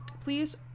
please